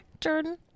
Jordan